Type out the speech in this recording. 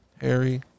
Harry